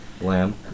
Lamb